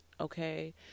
okay